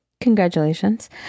Congratulations